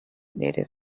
native